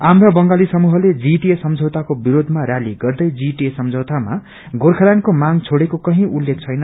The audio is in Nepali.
आमरा बंगाली समसूहले जीटिए सम्झौताको विरोधमा रैली गर्दै जीटिए सम्झौतामा गोर्खाल्याण्डको मांग छोड़ेको केही उल्लेख छैन